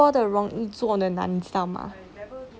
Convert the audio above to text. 说的容易做的难你知道吗